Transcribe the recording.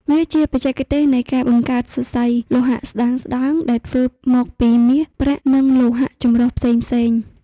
វាជាបច្ចេសទេសនៃការបង្កើតសរសៃលោហៈស្តើងៗដែលធ្វើមកពី មាស ប្រាក់ និងលោហៈចម្រុះផ្សេងៗ។